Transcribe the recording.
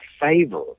favor